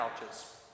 couches